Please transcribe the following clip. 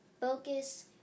focus